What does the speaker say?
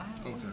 Okay